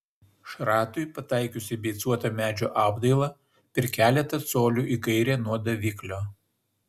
šratui pataikius į beicuotą medžio apdailą per keletą colių į kairę nuo daviklio